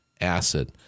acid